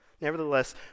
Nevertheless